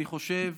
אני חושב